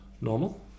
normal